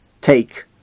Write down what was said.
take